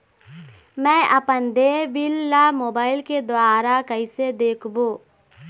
मैं अपन देय बिल ला मोबाइल के द्वारा कइसे देखबों?